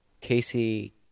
Casey